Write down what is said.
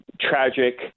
tragic